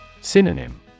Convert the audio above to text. Synonym